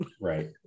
right